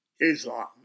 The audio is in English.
Islam